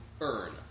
earn